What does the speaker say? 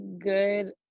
good